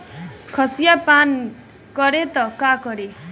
संखिया पान करी त का करी?